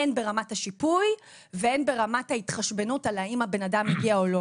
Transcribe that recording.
הן ברמת השיפוי והן ברמת ההתחשבנות על האם הבנאדם הגיע או לא.